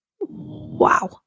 Wow